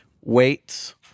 weights